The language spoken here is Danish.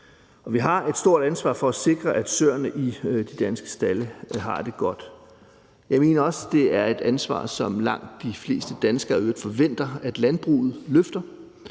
Vi har et stort ansvar for at sikre, at søerne i de danske stalde har det godt. Jeg mener også, det er et ansvar, som langt de fleste danskere i øvrigt forventer at landbruget løfter,